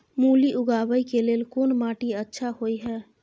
मूली उगाबै के लेल कोन माटी अच्छा होय है?